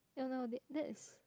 oh no that is that's